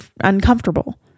uncomfortable